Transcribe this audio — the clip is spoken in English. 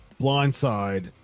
blindside